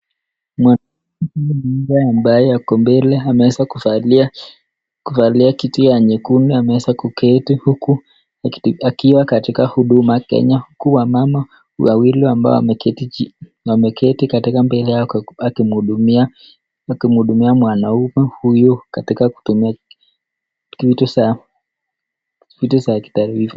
Mama mmoja ambaye yuko mbele ameweza kuvalia, kuvalia kitu ya nyekundu, ameweza kuketi huku akiwa katika huduma Kenya. Kuwa wamama wawili ambao wameketi, wameketi katika mbele yake akimhudumia, akimhudumia mwanaume huyu katika kutumia vitu za, vitu za kitalii.